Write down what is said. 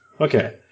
Okay